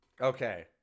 Okay